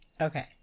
Okay